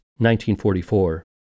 1944